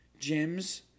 gyms